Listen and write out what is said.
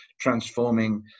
transforming